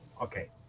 okay